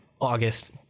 August